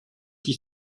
qui